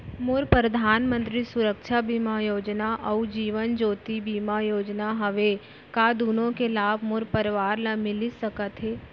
मोर परधानमंतरी सुरक्षा बीमा योजना अऊ जीवन ज्योति बीमा योजना हवे, का दूनो के लाभ मोर परवार ल मिलिस सकत हे?